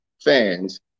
fans